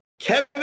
Kevin